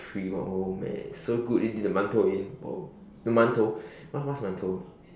cream oh man so good you dip in the 馒头 in oh the 馒头man tou what what's 馒头